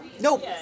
Nope